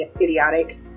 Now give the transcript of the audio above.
idiotic